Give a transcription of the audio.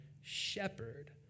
shepherd